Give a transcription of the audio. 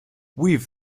weave